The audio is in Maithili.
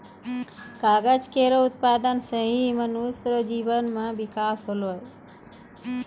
कागज केरो उत्पादन सें ही मनुष्य जीवन म बिकास होलै